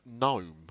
Gnome